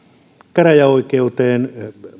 käräjäoikeuteen